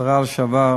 השרה לשעבר,